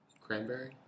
Cranberry